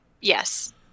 yes